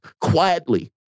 quietly